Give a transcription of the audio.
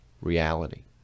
reality